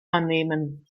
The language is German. annehmen